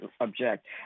object